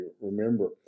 remember